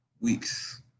weeks